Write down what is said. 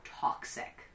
toxic